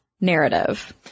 narrative